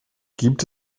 gibt